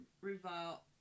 revile